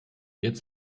jetzt